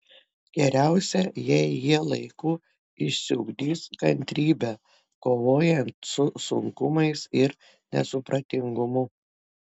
geriausia jei jie laiku išsiugdys kantrybę kovojant su sunkumais ir nesupratingumu